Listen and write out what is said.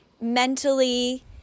mentally